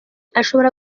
ashobora